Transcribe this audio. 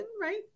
right